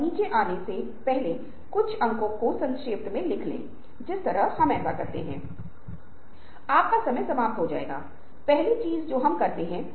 और ये वे लोग हैं जो सामान्य व्यक्तियों से अलग हैं